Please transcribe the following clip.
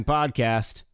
Podcast